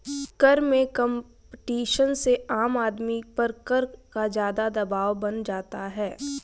कर में कम्पटीशन से आम आदमी पर कर का ज़्यादा दवाब बन जाता है